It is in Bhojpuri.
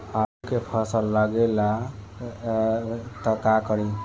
आलू के फ़सल गले लागी त का करी?